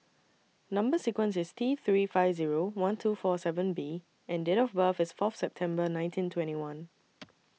Number sequence IS T three five Zero one two four seven B and Date of birth IS Fourth September nineteen twenty one